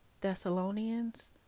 Thessalonians